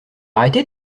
arrêter